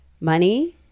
money